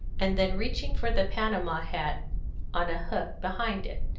and then reaching for the panama hat on a hook behind it.